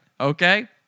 okay